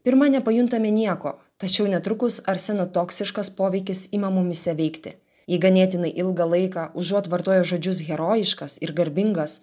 pirma nepajuntame nieko tačiau netrukus arseno toksiškas poveikis ima mumyse veikti jį ganėtinai ilgą laiką užuot vartoję žodžius herojiškas ir garbingas